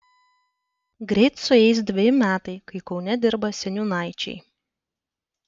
greit sueis dveji metai kai kaune dirba seniūnaičiai